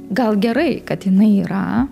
gal gerai kad jinai yra